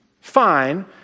fine